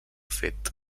fet